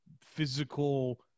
physical